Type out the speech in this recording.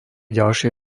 ďalšie